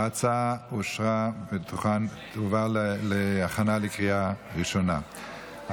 ההצעה להעביר את הצעת חוק קידום התחרות בענף המזון (תיקון,